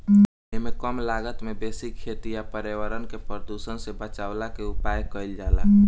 एमे कम लागत में बेसी खेती आ पर्यावरण के प्रदुषण से बचवला के उपाय कइल जाला